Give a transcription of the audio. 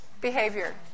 behavior